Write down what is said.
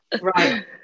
right